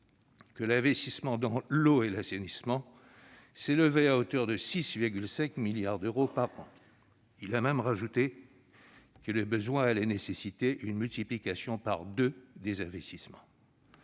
que l'investissement dans l'eau et l'assainissement s'élevait à hauteur de 6,5 milliards d'euros par an. Il a même ajouté que les besoins allaient nécessiter une multiplication par deux des investissements.